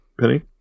Penny